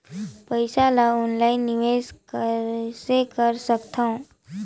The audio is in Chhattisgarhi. पईसा ल ऑनलाइन निवेश कइसे कर सकथव?